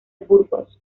burgos